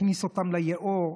הוא הכניס אותם ליאור,